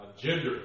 Gender